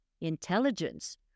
intelligence